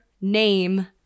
name